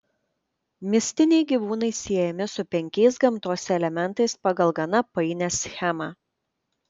mistiniai gyvūnai siejami su penkiais gamtos elementais pagal gana painią schemą